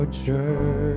church